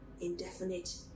indefinite